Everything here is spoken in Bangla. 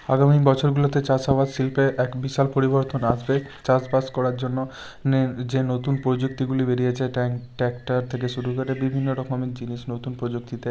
আগামী বছরগুলোতে চাষ আবাদ শিল্পে এক বিশাল পরিবর্তন আসবে চাষবাস করার জন্য যে নতুন প্রযুক্তিগুলি বেরিয়েছে ট্র্যাক্টর থেকে শুরু করে বিভিন্ন রকমের জিনিস নতুন প্রযুক্তিতে